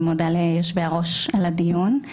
ומודה ליושבי הראש על הדיון.